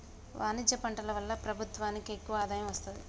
వాణిజ్య పంటల వల్ల ప్రభుత్వానికి ఎక్కువ ఆదాయం వస్తది